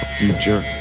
future